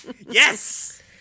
Yes